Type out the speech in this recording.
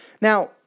Now